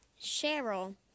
Cheryl